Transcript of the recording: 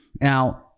Now